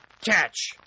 Catch